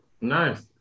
Nice